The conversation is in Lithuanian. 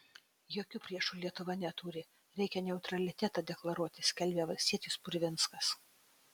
jokių priešų lietuva neturi reikia neutralitetą deklaruoti skelbė valstietis purvinskas